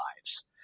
lives